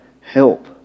help